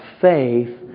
faith